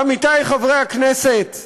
עמיתי חברי הכנסת,